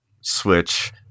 switch